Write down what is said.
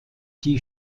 die